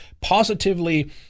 positively